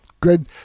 Good